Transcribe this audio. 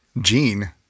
Jean